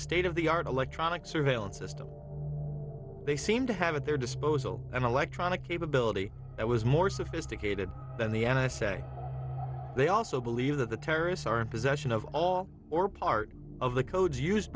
state of the art electronic surveillance system they seem to have at their disposal an electronic capability that was more sophisticated than the n s a they also believe that the terrorists are in possession of all or part of the codes used